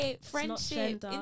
friendship